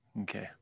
Okay